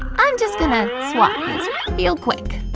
i'm just gonna swap feel quick